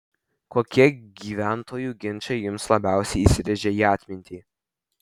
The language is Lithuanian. kokie gyventojų ginčai jums labiausiai įsirėžė į atmintį